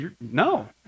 No